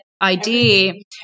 ID